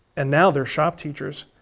and now they're shop teachers,